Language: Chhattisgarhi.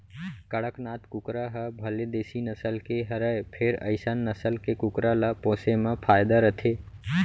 कड़कनाथ कुकरा ह भले देसी नसल के हरय फेर अइसन नसल के कुकरा ल पोसे म फायदा रथे